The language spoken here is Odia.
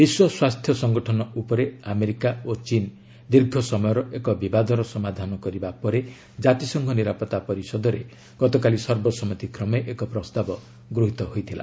ବିଶ୍ୱ ସ୍ୱାସ୍ଥ୍ୟ ସଂଗଠନ ଉପରେ ଆମେରିକା ଓ ଚୀନ୍ ଦୀର୍ଘ ସମୟର ଏକ ବିବାଦର ସମାଧାନ କରିବା ପରେ ଜାତିସଂଘ ନିରାପତ୍ତା ପରିଷଦରେ ଗତକାଲି ସର୍ବସମ୍ମତି କ୍ରମେ ଏକ ପ୍ରସ୍ତାବ ଗୃହିତ ହୋଇଛି